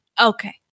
Okay